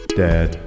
dad